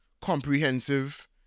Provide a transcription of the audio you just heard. comprehensive